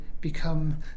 become